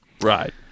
Right